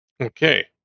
Okay